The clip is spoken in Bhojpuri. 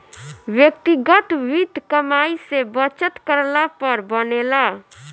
व्यक्तिगत वित्त कमाई से बचत करला पर बनेला